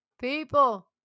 people